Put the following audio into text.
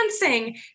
dancing